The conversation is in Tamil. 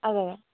அதான் அதான்